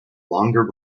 longer